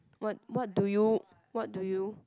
what what do you what do you